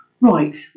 right